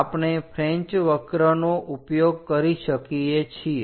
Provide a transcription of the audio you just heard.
આપણે ફ્રેંચ વક્રનો ઉપયોગ કરી શકીએ છીએ